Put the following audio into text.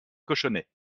cochonnet